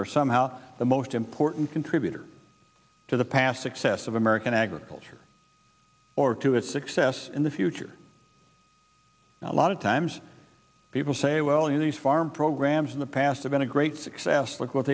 are somehow the most important contributor to the past success of american agriculture or to its success in the future a lot of times people say well you know these farm programs in the past have been a great success look what